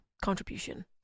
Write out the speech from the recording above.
contribution